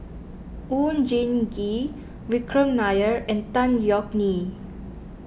Oon Jin Gee Vikram Nair and Tan Yeok Nee